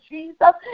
Jesus